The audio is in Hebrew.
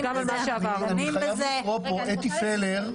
אתי פלר,